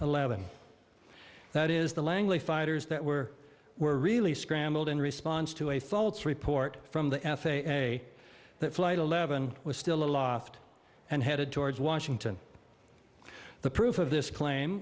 eleven that is the langley fighters that were were really scrambled in response to a false report from the f a a that flight eleven was still a lost and headed towards washington the proof of this claim